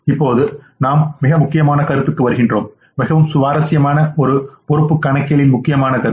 இப்போது நாம் மிக முக்கியமான கருத்துக்கு வருகிறோம் மிகவும் சுவாரஸ்யமான மற்றும் பொறுப்புக்கணக்கியலின்முக்கியமான கருத்து